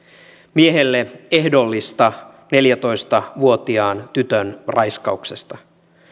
miehelle ehdollista neljätoista vuotiaan tytön raiskauksesta